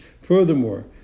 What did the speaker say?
Furthermore